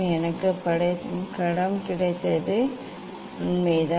எனக்கு படம் கிடைத்தது ஆம்